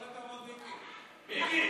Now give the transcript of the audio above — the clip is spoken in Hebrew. כל הכבוד, מיקי.